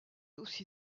aussi